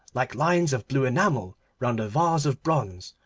like lines of blue enamel round a vase of bronze,